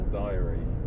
diary